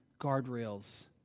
guardrails